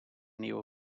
nieuwe